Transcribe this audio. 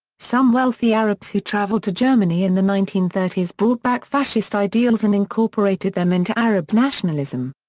some wealthy arabs who traveled to germany in the nineteen thirty s brought back fascist ideals and incorporated them into arab nationalism.